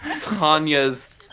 Tanya's